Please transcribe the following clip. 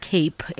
Cape